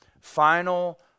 final